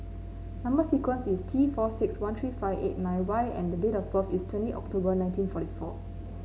number sequence is T four six one three five eight nine Y and date of birth is twenty October nineteen forty four